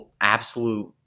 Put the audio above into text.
absolute